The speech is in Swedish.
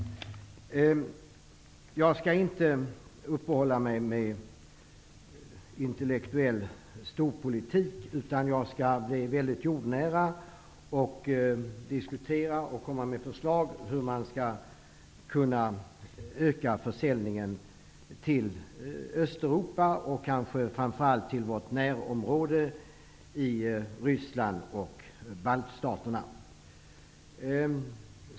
Fru talman! Jag skall inte uppehålla mig vid intellektuell storpolitik, utan jag skall vara jordnära och diskutera och komma med förslag om hur man skall kunna öka försäljningen till Östeuropa, kanske framför allt till vårt närområde i Ryssland och baltstaterna.